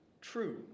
True